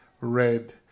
red